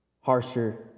harsher